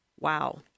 Wow